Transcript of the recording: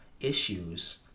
issues